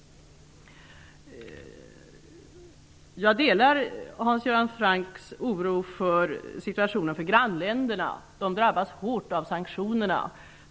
Jag delar Hans Göran Francks oro för grannländernas situation. De drabbas hårt av sanktionerna.